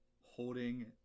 holding